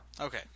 okay